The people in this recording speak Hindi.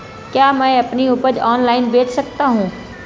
क्या मैं अपनी उपज ऑनलाइन बेच सकता हूँ?